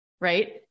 right